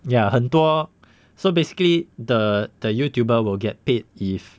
ya 很多 so basically the the youtuber will get paid if